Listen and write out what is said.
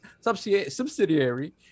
Subsidiary